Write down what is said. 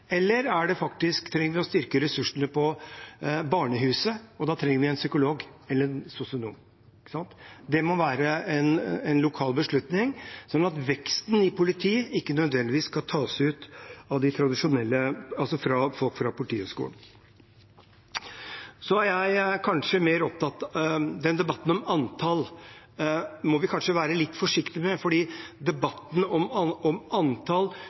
eller trenger vi å styrke ressursene på barnehuset med en psykolog eller en sosionom? Det må være en lokal beslutning, sånn at veksten i politiet ikke nødvendigvis skal tas ut i form av folk fra Politihøgskolen. Debatten om antall må vi kanskje være litt forsiktig med, for debatten om antall